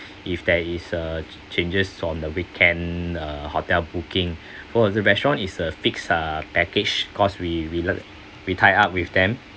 if there is a changes on the weekend uh hotel booking for the restaurant is a fixed uh package cause we we learn we tie up with them